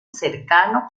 cercano